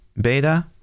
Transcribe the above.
beta